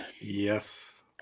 yes